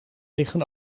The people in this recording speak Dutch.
liggen